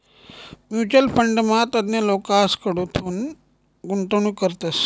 mutual फंडमा तज्ञ लोकेसकडथून गुंतवणूक करतस